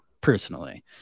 personally